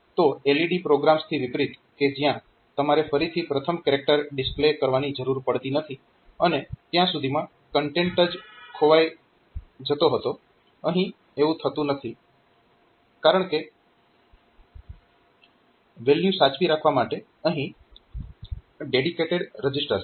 તો LED પ્રોગ્રામ્સથી વિપરીત કે જ્યાં તમારે ફરીથી પ્રથમ કેરેક્ટર ડિસ્પ્લે કરવાની જરૂર પડતી હતી અને ત્યાં સુધીમાં કન્ટેન્ટ જ ખોવાઈ જતું હતું અહીં એવું થતું નથી કારણકે વેલ્યુ સાચવી રાખવા માટે અહીં ડેડીકેટેડ રજીસ્ટર છે